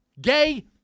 gay